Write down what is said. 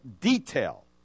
detail